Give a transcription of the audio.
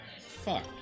Fuck